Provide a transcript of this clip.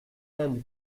elle